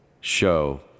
show